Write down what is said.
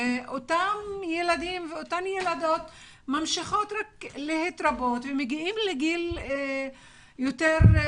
ואותם ילדים וילדות ממשיכים להתרבות ומגיעים לתקופת